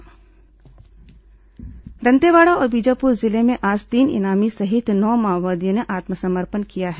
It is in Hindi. माओवादी आत्मसमर्पण दंतेवाड़ा और बीजापुर जिले में आज तीन इनामी सहित नौ माओवादियों ने आत्मसमर्पण किया है